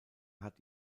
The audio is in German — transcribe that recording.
hat